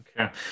okay